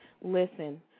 listen